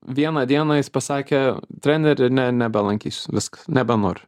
vieną dieną jis pasakė treneri ne nebelankysiu viskas nebenoriu